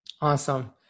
Awesome